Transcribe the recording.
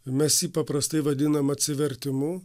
mes jį paprastai vadinam atsivertimu